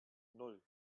nan